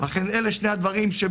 אלה שני הדברים,